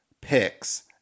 Picks